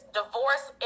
divorce